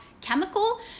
chemical